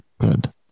good